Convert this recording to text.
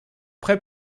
prêt